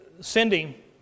Cindy